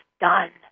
done